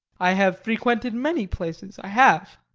i have frequented many places, i have!